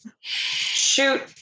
shoot